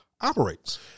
operates